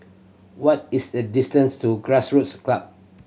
what is the distance to Grassroots Club